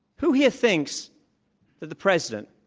who here thinks that the president,